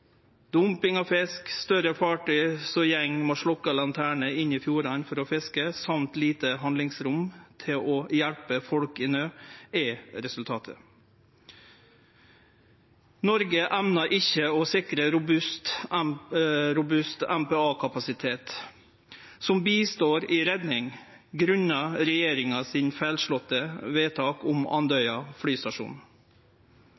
Dumping av fisk, større fartøy som går med sløkte lanterner inn i fjordane for å fiske, og lite handlingsrom til å hjelpe folk i nød er resultatet. Noreg evnar ikkje å sikre robust MPA-kapasitet, som hjelper i redning, grunna regjeringa sitt feilslåtte vedtak om